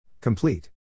Complete